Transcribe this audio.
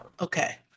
Okay